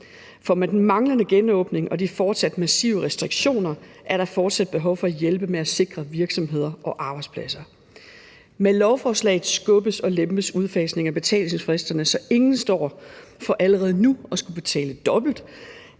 for med den manglende genåbning og de fortsat massive restriktioner er der stadig behov for at hjælpe med at sikre virksomheder og arbejdspladser. Med lovforslaget skubbes og lempes udfasningen af betalingsfristerne, så ingen står over for allerede nu at skulle betale dobbelt,